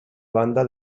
banda